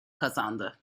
kazandı